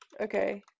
Okay